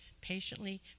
patiently